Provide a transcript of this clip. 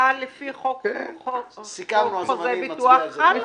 לפי חוק חוזי ביטוח חלה.